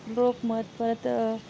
लोकमत परत